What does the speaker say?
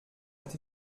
est